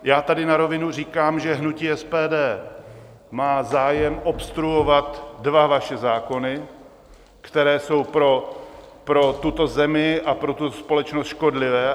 Já tady na rovinu říkám, že hnutí SPD má zájem obstruovat dva vaše zákony, které jsou pro tuto zemi a pro společnost škodlivé.